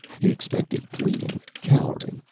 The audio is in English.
he expected pleading, cowering,